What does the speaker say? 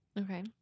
Okay